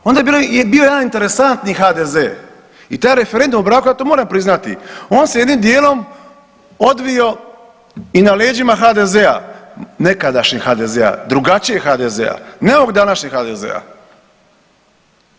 Onda je bio jedan interesantni HDZ i taj referendum o braku, ja to moram priznati, on se jednim dijelom odvio i na leđima HDZ-a, nekadašnjeg HDZ-a, drugačijem HDZ-a, ne ovog današnjeg HDZ-a.